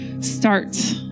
start